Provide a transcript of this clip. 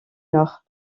nord